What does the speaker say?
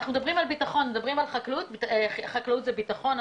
אנחנו מדברים על בטחון, חקלאות זה בטחון.